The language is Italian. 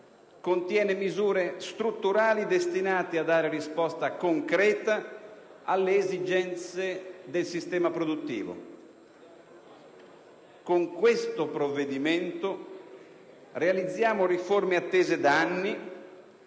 contiene misure strutturali destinate a dare risposta concreta alle esigenze del sistema produttivo. Con questo provvedimento realizziamo riforme attese da anni,